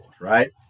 Right